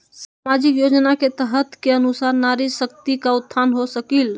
सामाजिक योजना के तहत के अनुशार नारी शकति का उत्थान हो सकील?